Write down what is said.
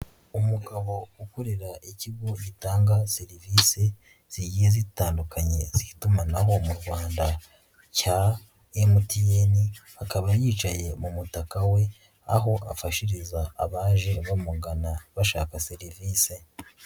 Umugabo ukorera ikigo gitanga serivise zigiye zitandukanye z'itumanaho mu Rwanda cya MTN, akaba yicaye mu mutaka we aho afashiriza abaje bamugana bashaka serivise.